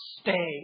Stay